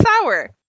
sour